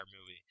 movie